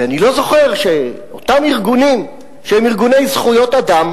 ואני לא זוכר שאותם ארגונים שהם ארגוני זכויות אדם